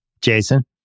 Jason